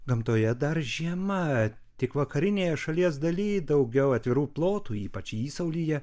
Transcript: gamtoje dar žiema tik vakarinėje šalies daly daugiau atvirų plotų ypač įsaulyje